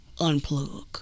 unplug